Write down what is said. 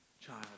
child